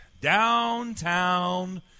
downtown